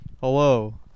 Hello